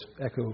echo